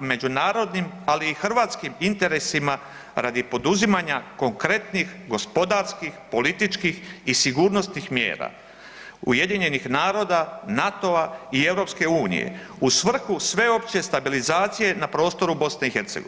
međunarodnim, ali i hrvatskim interesima radi poduzimanja konkretnih gospodarskih, političkih i sigurnosnih mjera UNA-a, NATO-a i EU-a u svrhu sveopće stabilizacije na prostoru BiH.